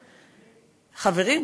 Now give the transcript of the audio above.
חברים,